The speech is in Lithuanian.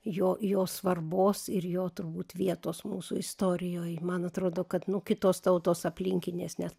jo jo svarbos ir jo turbūt vietos mūsų istorijoj man atrodo kad nu kitos tautos aplinkinės nes